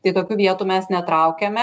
tai tokių vietų mes netraukiame